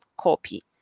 copy